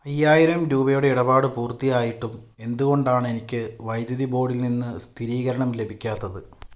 അയ്യായിരം രൂപയുടെ ഇടപാട് പൂർത്തിയായിട്ടും എന്തുകൊണ്ടാണ് എനിക്ക് വൈദ്യുതി ബോർഡിൽ നിന്ന് സ്ഥിരീകരണം ലഭിക്കാത്തത്